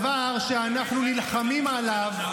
-- על דבר שאנחנו נלחמים עליו,